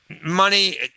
Money